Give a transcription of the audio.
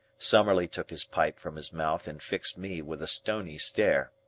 summerlee took his pipe from his mouth and fixed me with a stony stare.